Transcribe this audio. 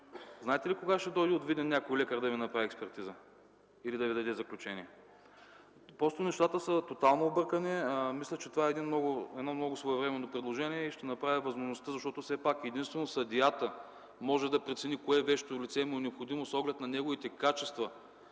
знаете ли кога ще дойде от Видин някой лекар да Ви направи експертиза, или да Ви даде заключение? Просто нещата са тотално объркани. Мисля, че това е едно много своевременно предложение. Ще трябва да дадем възможността все пак единствено съдията да може да прецени кое вещо лице му е необходимо, с оглед на неговите качества.